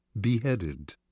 beheaded